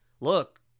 look